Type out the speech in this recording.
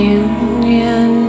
union